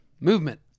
Movement